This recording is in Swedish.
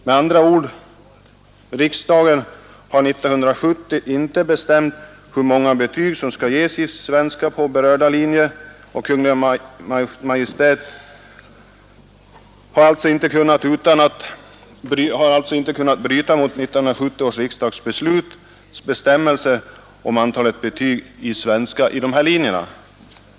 Med andra ord: riksdagen har 1970 inte bestämt hur många betyg som skall ges i svenska på berörda linjer. Kungl. Maj:t har alltså kunnat bestämma antalet betyg i svenska på dessa linjer utan att bryta mot 1970 års riksdagsbeslut.